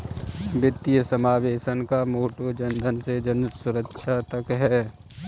वित्तीय समावेशन का मोटो जनधन से जनसुरक्षा तक है